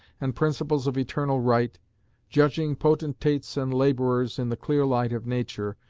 and principles of eternal right judging potentates and laborers in the clear light of nature,